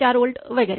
4 volt वगैरे